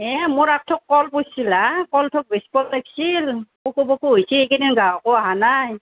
হে মোৰ একথোক কল পকিছিল হা কলথোক বেচিব লাগছিল পকো পকো হৈছে এইকেইদিন গ্ৰাহকো অহা নাই